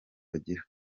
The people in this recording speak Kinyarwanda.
bagira